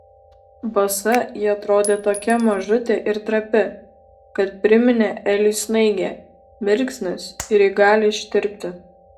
basa ji atrodė tokia mažutė ir trapi kad priminė eliui snaigę mirksnis ir ji gali ištirpti